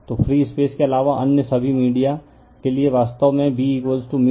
तो free space के अलावा अन्य सभी मीडिया के लिए वास्तव में B 0 rH